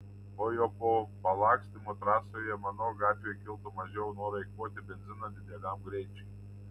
o jau po palakstymo trasoje manau gatvėje kiltų mažiau noro eikvoti benziną dideliam greičiui